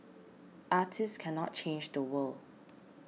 artists cannot change the world